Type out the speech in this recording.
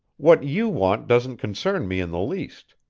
what you want doesn't concern me in the least.